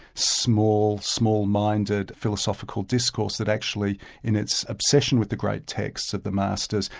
small, small-minded, philosophical discourse that actually in its obsession with the great texts of the masters,